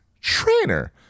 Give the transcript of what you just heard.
trainer